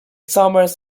summers